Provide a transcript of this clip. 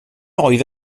oedd